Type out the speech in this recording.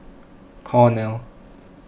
Cornell